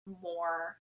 more